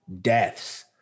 deaths